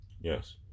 Yes